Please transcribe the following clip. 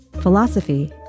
Philosophy